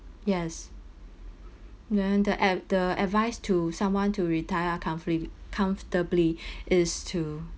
yes then the ad~ the advice to someone to retire comfortably is to